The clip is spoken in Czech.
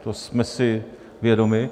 Toho jsme si vědomi.